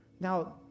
Now